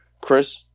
Chris